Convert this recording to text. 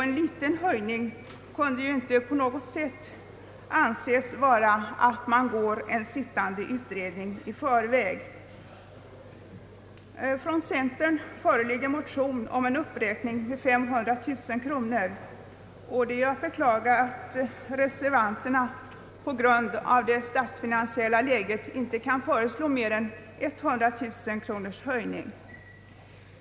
En liten höjning kunde inte på något sätt anses innebära att man föregriper en sittande utredning. Från centern föreligger en motion om en uppräkning av anslaget med 500 000 kronor. Det är att beklaga att reservanterna på grund av det statsfinansiella läget inte kan föreslå en större höjning än 100000 kronor.